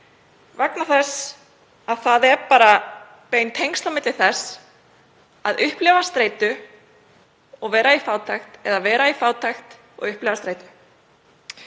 vegna þess að það eru bara bein tengsl á milli þess að upplifa streitu og vera í fátækt eða vera í fátækt og upplifa streitu.